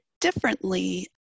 differently